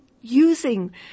using